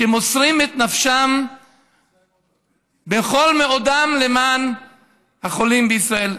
שמוסרים את נפשם בכל מאודם למען החולים בישראל.